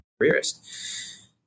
careerist